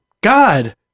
God